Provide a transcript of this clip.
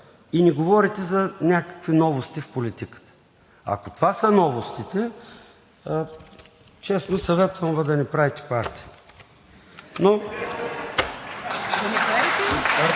и ни говорите за някакви новости в политиката. Ако това са новостите, честно, съветвам Ви да не правите партия.